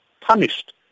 punished